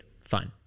fine